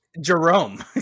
Jerome